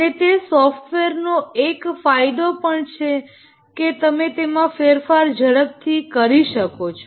અને તે સોફ્ટવેર નો એક ફાયદો પણ છે કે તમે તેમાં ફેરફાર ઝડપથી કરી શકો છો